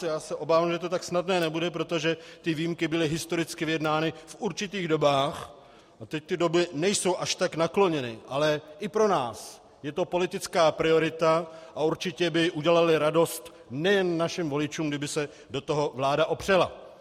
Já se obávám, že to tak snadné nebude, protože ty výjimky byly historicky vyjednány v určitých dobách a teď ty doby nejsou až tak nakloněny, ale i pro nás je to politická priorita a určitě by udělaly radost nejen našim voličům, kdyby se do toho vláda opřela.